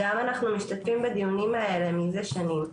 אנחנו גם משתתפים בדיונים האלה מזה שנים.